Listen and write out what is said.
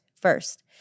first